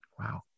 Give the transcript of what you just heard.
Wow